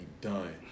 done